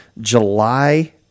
July